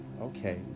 okay